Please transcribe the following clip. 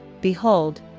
behold